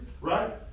right